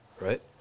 right